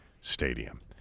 Stadium